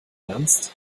ernst